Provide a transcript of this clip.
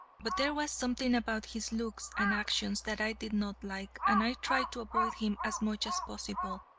but there was something about his looks and actions that i did not like, and i tried to avoid him as much as possible.